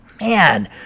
man